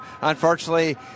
unfortunately